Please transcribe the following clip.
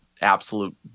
absolute